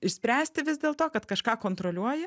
išspręsti vis dėl to kad kažką kontroliuoji